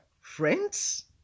friends